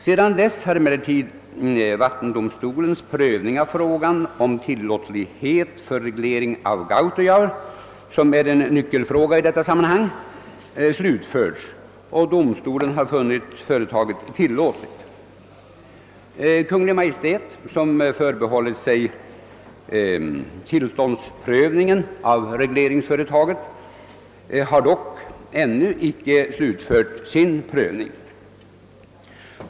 Sedan dess har emellertid vattendomstolens prövning av frågan om tillåtlighet för reglering av Gautojaur, som är en nyckelfråga i detta sammanhang, slutförts, och domstolen har funnit företaget tillåtligt. Kungl. Maj:t, som har förbehållit sig tillståndsprövningen av regleringsföretaget, har dock ännu inte slutfört sin prövning.